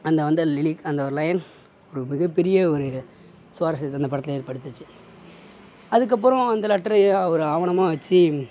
அந்த வந்த லிரீக் அந்த ஒரு லைன் ஒரு மிகப்பெரிய ஒரு சுவாரசியத்தை அந்த படத்தில் ஏற்படுத்துச்சு அதுக்கப்பறம் அந்த லெட்டரை ஒரு ஆவணமாக வச்சு